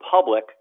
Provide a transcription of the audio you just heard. public